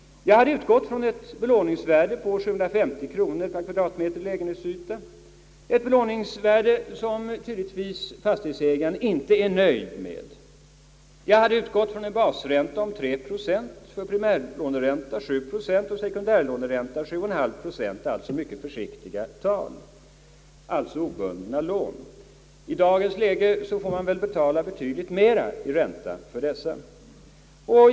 Jag kan utgå från ett belåningsvärde på 750 kronor per kvadratmeter lägenhetsyta, ett belåningsvärde, som fastighetsägaren tydligen inte är nöjd med. Jag kan utgå från en basränta på 3 procent, för primärlån 7 procent och för sekundärlån 7,5 procent, alltså mycket försiktiga tal. Det gäller då obunda lån. I dagens läge får man väl betala betydligt mer i ränta för dessa lån.